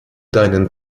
deinen